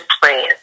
plan